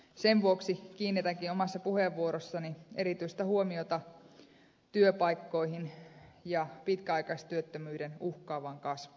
sen vuoksi kiinnitänkin omassa puheenvuorossani erityistä huomiota työpaikkoihin ja pitkäaikaistyöttömyyden uhkaavaan kasvuun